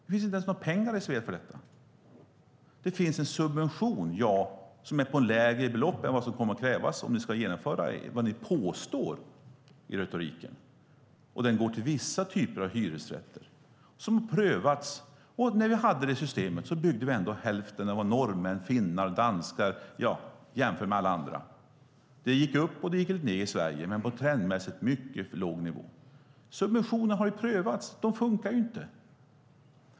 Det finns inte ens några pengar redovisade för detta. Det finns en subvention, ja, som är på ett lägre belopp än vad som kommer att krävas om ni ska genomföra det ni påstår i retoriken. Den subventionen går till vissa typer av hyresrätter, och den har redan prövats. När vi hade det systemet byggde vi ändå bara hälften av vad norrmän, finnar, danskar och många andra byggde. Det gick upp och ned i Sverige, men det var trendmässigt på en mycket låg nivå. Subventionerna har prövats; de funkar inte.